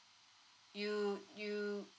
you you